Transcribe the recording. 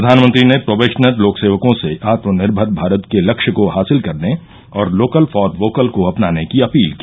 प्रधानमंत्री ने प्रोबेशनर लोकसेवकों से आत्मनिर्मर भारत के लक्ष्य को हासिल करने और लोकल फॉर वोकल को अपनाने की अपील की